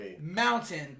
mountain